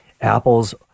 Apple's